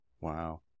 Wow